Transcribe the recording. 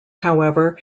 however